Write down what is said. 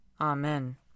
Amen